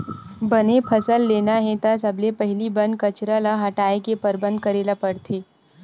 बने फसल लेना हे त सबले पहिली बन कचरा ल हटाए के परबंध करे ल परथे